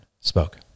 spoke